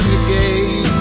again